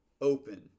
open